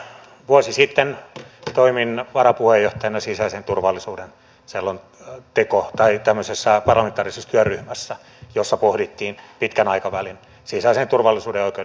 vuosi sitten toimin varapuheenjohtajana sisäisen turvallisuuden parlamentaarisessa työryhmässä jossa pohdittiin pitkän aikavälin sisäisen turvallisuuden ja oikeudenhoidon asioita